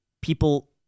People